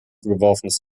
geworfenes